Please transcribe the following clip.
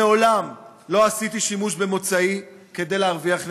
מעולם, לא עשיתי שימוש במוצאי כדי להרוויח נקודות,